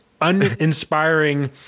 uninspiring